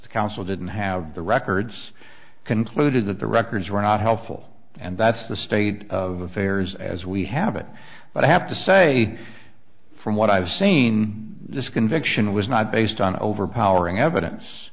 the council didn't have the records concluded that the records were not helpful and that's the state of affairs as we have it but i have to say from what i've seen this conviction was not based on overpowering evidence